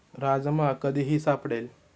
राजमा कधीही सापडेल